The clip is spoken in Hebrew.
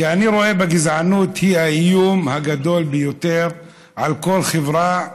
כי אני רואה בגזענות כאיום הגדול ביותר על כל חברה,